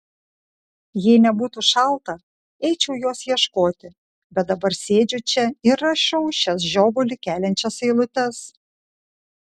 jei nebūtų šalta eičiau jos ieškoti bet dabar sėdžiu čia ir rašau šias žiovulį keliančias eilutes